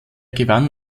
gewann